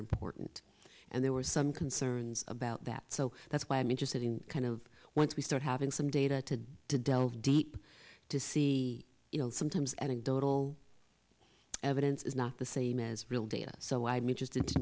important and there were some concerns about that so that's why i'm interested in kind of once we start having some data to delve deep to see you know sometimes anecdotal evidence is not the same as real data so i'm interested to